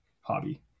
hobby